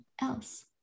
else